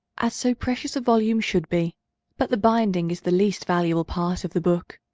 as so precious a volume should be but the binding is the least valuable part of the book.